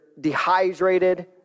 dehydrated